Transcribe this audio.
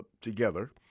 together